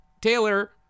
Taylor